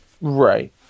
Right